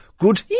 Good